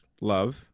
love